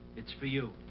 it's for you.